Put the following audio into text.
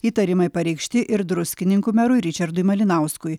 įtarimai pareikšti ir druskininkų merui ričardui malinauskui